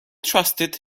trusted